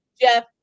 Jeff